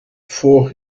for